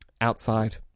outside